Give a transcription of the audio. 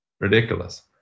ridiculous